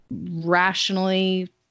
rationally